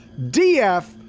df